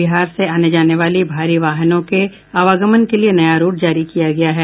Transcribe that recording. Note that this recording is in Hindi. बिहार से आने जाने वाली भारी वाहनों के आवागमन के लिए नया रूट जारी किया गया है